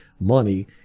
money